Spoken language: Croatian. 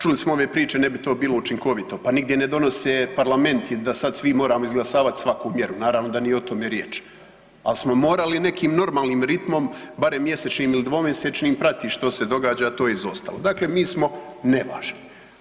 Čuli smo ove priče ne bi pa nigdje ne donose parlamenti da sad svi moramo izglasavat svaku mjeru, naravno da nije o tome riječ, al smo morali nekim normalnim ritmom barem mjesečnim ili dvomjesečnim pratiti što se događa, to je izostalo, dakle, mi smo nevažni.